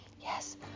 Yes